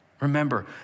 Remember